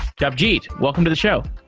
japjit, welcome to the show